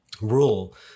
rule